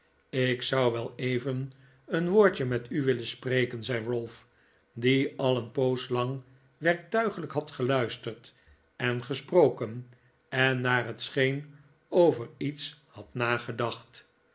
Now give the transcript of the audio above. ik zou wel even een woordje met u willen spreken zei ralph die al een poos lang werktuiglijk had geluisterd en gesproken en naar het scheen over iets had nagedacht